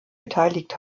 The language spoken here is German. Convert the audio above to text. beteiligt